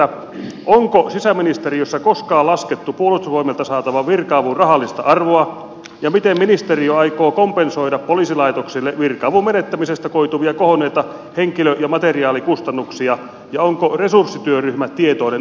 onko sisäministeriössä koskaan laskettu puolustusvoimilta saatavan virka avun rahallista arvoa ja miten ministeriö aikoo kompensoida poliisilaitoksille virka avun menettämisestä koituvia kohonneita henkilö ja materiaalikustannuksia ja onko resurssityöryhmä tietoinen asiasta